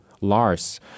Lars